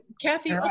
Kathy